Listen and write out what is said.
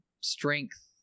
strength